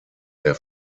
der